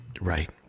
Right